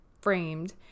framed